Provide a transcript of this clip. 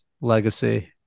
legacy